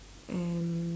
and